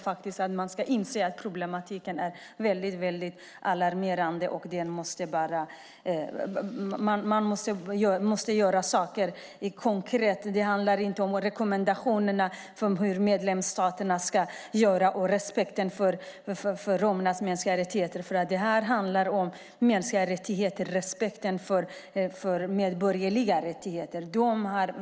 Det viktiga är att man inser att problematiken är alarmerande, och man måste göra konkreta saker. Det handlar inte om rekommendationer om vad medlemsstaterna ska göra och om respekten för romernas mänskliga rättigheter. Det här handlar om respekten för medborgerliga rättigheter.